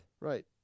Right